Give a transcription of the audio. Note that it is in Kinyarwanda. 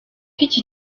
iki